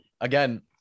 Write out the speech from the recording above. again